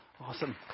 awesome